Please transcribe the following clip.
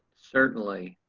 certainly.